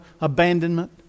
abandonment